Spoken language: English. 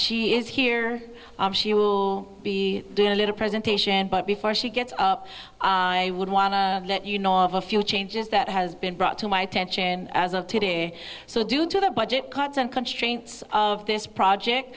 she is here she will be doing a little presentation but before she gets up i would want to let you know of a few changes that has been brought to my attention as of today so due to the budget cuts and constraints of this project